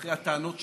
אחרי הטענות שלך,